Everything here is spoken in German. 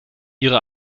ihre